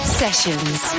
sessions